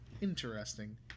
Interesting